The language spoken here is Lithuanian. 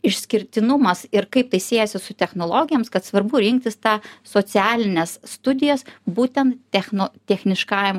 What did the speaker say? išskirtinumas ir kaip tai siejasi su technologijoms kad svarbu rinktis tą socialines studijas būten techno techniškajam